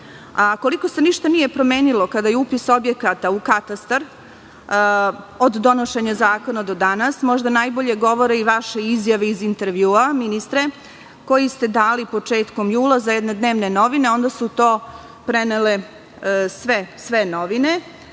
se ništa nije promenilo kada je upis objekata u Katastar od donošenja zakona do danas, možda najbolje govore i vaše izjave iz intervjua, ministre, koje ste dali početkom jula za jedne dnevne novine, a onda su to prenele sve novine,